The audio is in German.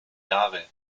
jahre